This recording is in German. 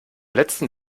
letzten